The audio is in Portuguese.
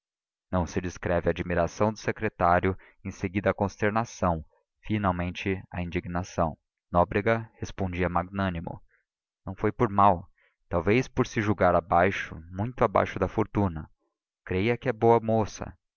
não se descreve a admiração do secretário em seguida a consternação finalmente a indignação nóbrega respondia magnânimo não foi por mal foi talvez por se julgar abaixo muito abaixo da fortuna creia que é boa moça